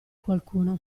qualcuno